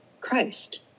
Christ